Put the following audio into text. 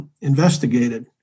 investigated